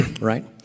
right